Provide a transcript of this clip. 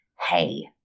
hey